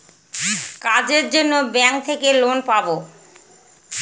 কাজের জন্য ব্যাঙ্ক থেকে লোন পাবো